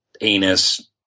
anus